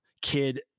kid